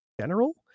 general